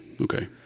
Okay